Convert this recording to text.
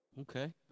Okay